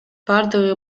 бардыгы